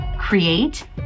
create